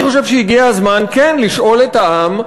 אני חושב שהגיע הזמן כן לשאול את העם,